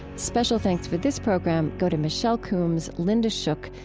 special thanks for this program go to michelle coomes, linda shook,